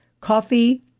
coffee